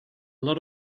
lot